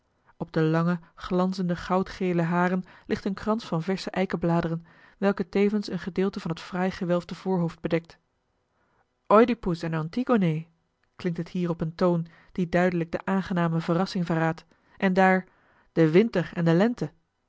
op de lange glanzende goudgele haren ligt een krans van versche eikenbladeren welke tevens een gedeelte van het fraai gewelfde voorhoofd bedekt oedipus en antigone klinkt het hier op een toon die duidelijk de aangename verrassing verraadt en daar de winter en de lente